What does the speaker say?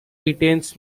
retains